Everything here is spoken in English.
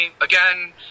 again